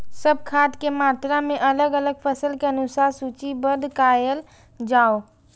सब खाद के मात्रा के अलग अलग फसल के अनुसार सूचीबद्ध कायल जाओ?